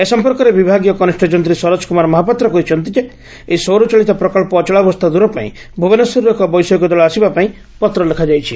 ଏ ସଂପର୍କରେ ବିଭାଗୀୟ କନିଷ୍ ଯନ୍ତୀ ସରୋଜ କୁମାର ମହାପାତ୍ର କହିଛନ୍ତି ଯେ ଏହି ସୌରଚାଳିତ ପ୍ରକ୍ସ ଅଚଳାବସ୍କା ଦୂର ପାଇଁ ଭୁବନେଶ୍ୱରରୁ ଏକ ବୈଷୟିକ ଦଳ ଆସିବା ପାଇଁ ପତ୍ର ଲେଖାଯାଇଛି